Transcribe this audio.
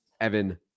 Evan